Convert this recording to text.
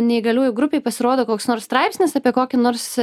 neįgaliųjų grupėj pasirodo koks nors straipsnis apie kokį nors